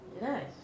Nice